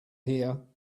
here